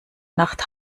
nacht